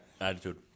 attitude